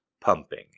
pumping